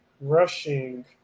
rushing